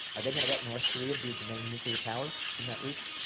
are they going to let north korea be the main nuclear power in that region?